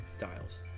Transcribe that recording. dials